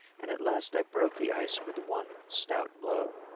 and at last i broke the ice with one stout blow.